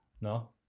no